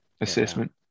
assessment